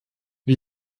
wie